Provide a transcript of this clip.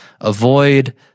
avoid